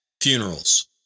funerals